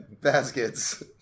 baskets